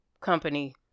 company